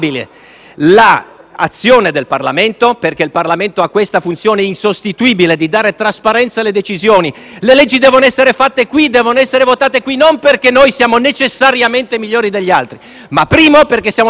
l'azione del Parlamento. Il Parlamento ha infatti la funzione insostituibile di dare trasparenza alle decisioni. Le leggi devono essere fatte qui e votate qui, non perché noi siamo necessariamente migliori degli altri, ma in primo luogo perché siamo stati eletti dal popolo